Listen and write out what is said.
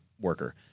worker